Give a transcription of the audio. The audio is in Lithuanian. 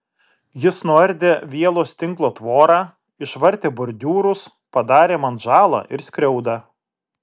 jis nuardė vielos tinklo tvorą išvartė bordiūrus padarė man žalą ir skriaudą